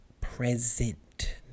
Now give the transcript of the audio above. present